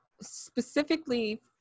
specifically